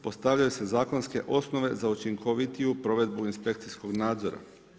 Postavljaju se zakonske osnove za učinkovitiju provedbu inspekcijskog nadzora.